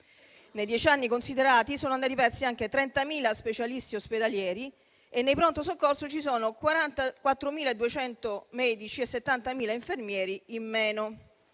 Nei dieci anni considerati sono andati persi anche 30.000 specialisti ospedalieri e nei pronto soccorso ci sono 44.200 medici e 70.000 infermieri in meno.